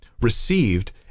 received